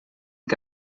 que